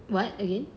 what again